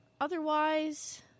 Otherwise